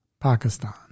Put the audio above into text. Pakistan